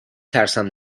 ترسم